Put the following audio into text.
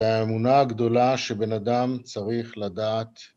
האמונה הגדולה שבן אדם צריך לדעת